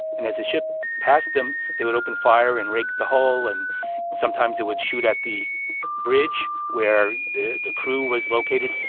and as the ship passed them, they would open fire and rake the hull. and sometimes they would shoot at the bridge, where the the crew was located